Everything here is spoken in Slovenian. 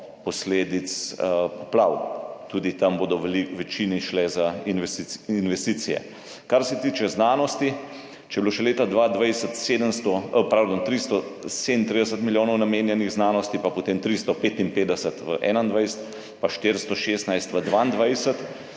posledic poplav, tudi tam bodo v večini šle za investicije. Kar se tiče znanost, če je bilo še leta 2020 337 milijonov namenjenih znanosti, potem 355 milijonov v 2021